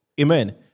Amen